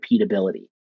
repeatability